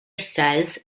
says